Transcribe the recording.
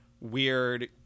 weird